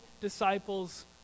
disciples